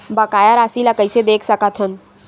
बकाया राशि ला कइसे देख सकत हान?